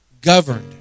Governed